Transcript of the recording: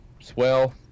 Swell